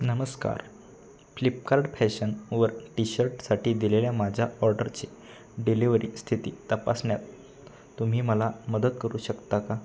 नमस्कार फ्लिपकार्ट फॅशनवर टीशर्टसाठी दिलेल्या माझ्या ऑर्डरची डिलिव्हरी स्थिती तपासण्यात तुम्ही मला मदत करू शकता का